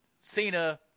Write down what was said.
Cena